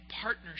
partnership